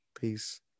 Peace